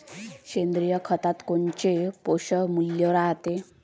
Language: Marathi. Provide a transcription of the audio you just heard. सेंद्रिय खतात कोनचे पोषनमूल्य रायते?